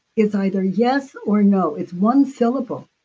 is either yes or no. it's one syllable.